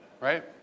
right